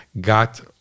got